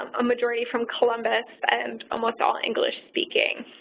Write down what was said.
a majority from columbus and almost all english-speaking.